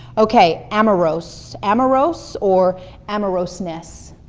okay, amorous. amorous, or amorousness.